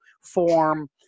form